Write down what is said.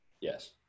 yes